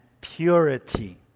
purity